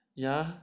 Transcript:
yeah